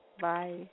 Bye